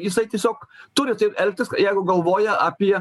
jisai tiesiog turi taip elgtis jeigu galvoja apie